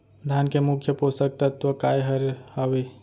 धान के मुख्य पोसक तत्व काय हर हावे?